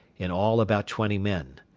in all about twenty men.